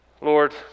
Lord